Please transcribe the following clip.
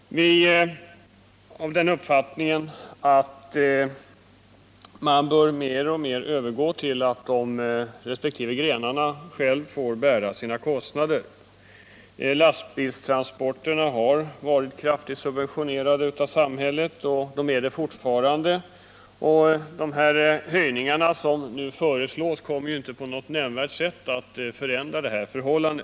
Vi är av den uppfattningen att man mer och mer bör övergå till att låta resp. trafikgrenar själva bära sina kostnader. Lastbilstransporterna har varit kraftigt subventionerade av samhället och är det fortfarande. De höjningar som nu Nr 143 föreslås kommer inte på något nämnvärt sätt att förändra detta förhållande.